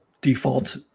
default